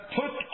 put